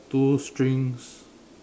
two strings